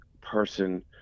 person